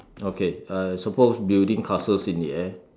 okay I suppose building castles in the air